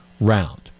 round